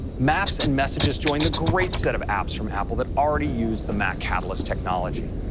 maps and messages join the great set of apps from apple that already use the mac catalyst technology.